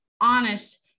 honest